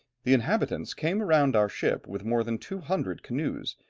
the inhabitants came around our ship with more than two hundred canoes,